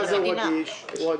רגיש.